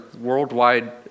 worldwide